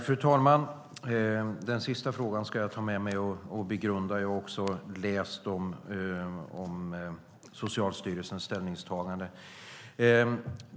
Fru talman! Den sista frågan ska jag ta med mig och begrunda. Jag har också läst om Socialstyrelsens ställningstagande.